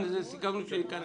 סיכמנו שזה ייכנס